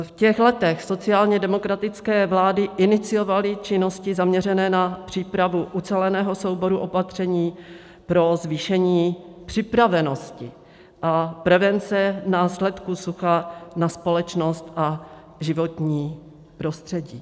V těch letech sociálně demokratické vlády iniciovaly činnosti zaměřené na přípravu uceleného souboru opatření pro zvýšení připravenosti a prevence následků sucha na společnost a životní prostředí.